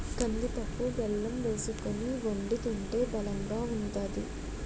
కందిపప్పు బెల్లం వేసుకొని వొండి తింటే బలంగా ఉంతాది